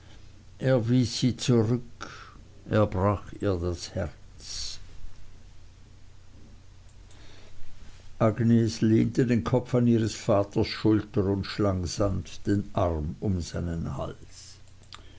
wies sie zurück er brach ihr das herz agnes lehnte den kopf an ihres vaters schulter und schlang sanft den arm um seinen hals